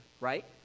right